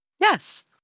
Yes